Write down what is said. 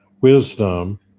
wisdom